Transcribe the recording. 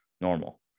normal